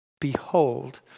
Behold